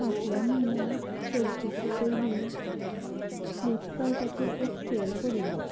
फाटल्या म्हयन्याक चवथीचे पयलीं फ्लिपकार्टाचेर एक सेल पडिल्लो